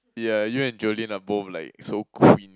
yeah you and Jolene are both like so queen